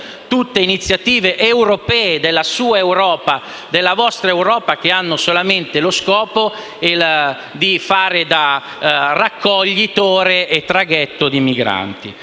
tutte iniziative della sua Europa, della vostra Europa che hanno solamente lo scopo di fare da raccoglitore e traghetto di migranti.